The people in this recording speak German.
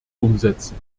umsetzen